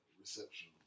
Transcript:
reception